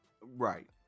Right